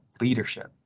leadership